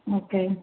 okay